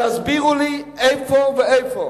תסבירו לי איפה ואיפה.